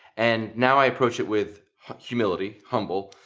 and now i approach it with humility, humble,